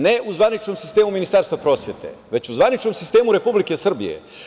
Ne, u zvaničnom sistemu Ministarstva prosvete, već u zvaničnom sistemu Republike Srbije.